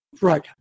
Right